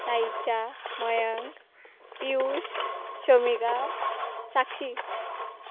साइत्छा Mayank Piyush Shamika Sakshi